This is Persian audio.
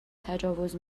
تجاوز